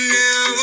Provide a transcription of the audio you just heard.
now